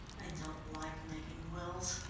i don't like making wills.